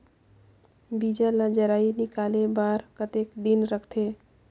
बीजा ला जराई निकाले बार कतेक दिन रखथे?